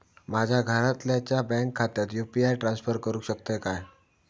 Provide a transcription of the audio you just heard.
माझ्या घरातल्याच्या बँक खात्यात यू.पी.आय ट्रान्स्फर करुक शकतय काय?